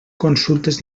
consultes